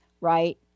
right